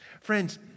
Friends